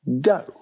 Go